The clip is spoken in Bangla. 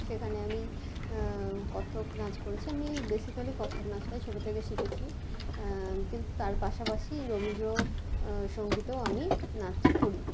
সেখানে আমি কত্থক নাচ করেছি আমি বেসিক্যালি কত্থক নাচটাই ছোটো থেকে শিখেছি কিন্তু তার পাশাপাশি আমি রবীন্দ্র সঙ্গীতেও আমি নাচ করি